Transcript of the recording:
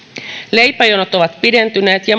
leipäjonot ovat pidentyneet ja